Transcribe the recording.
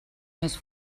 més